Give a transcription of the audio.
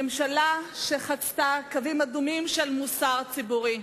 ממשלה שחצתה קווים אדומים של מוסר ציבורי,